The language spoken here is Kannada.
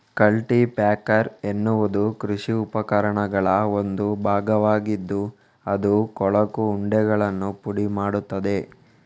ಕಲ್ಟಿ ಪ್ಯಾಕರ್ ಎನ್ನುವುದು ಕೃಷಿ ಉಪಕರಣಗಳ ಒಂದು ಭಾಗವಾಗಿದ್ದು ಅದು ಕೊಳಕು ಉಂಡೆಗಳನ್ನು ಪುಡಿ ಮಾಡುತ್ತದೆ